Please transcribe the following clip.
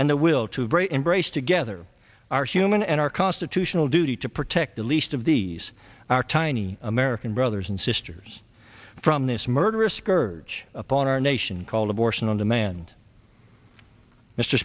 and the will to break embrace together our human and our constitutional duty to protect the least of these our tiny american brothers and sisters from this murderous scourge upon our nation called abortion on demand mr